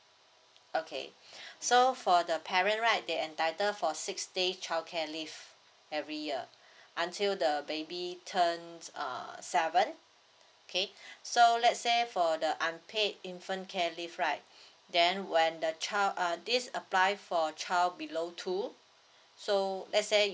okay so for the parent right they entitled for six day childcare leave every year until the baby turn err seven okay so let's say for the unpaid infant care leave right then when the child err this apply for child below two so let's say